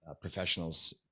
professionals